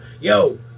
Yo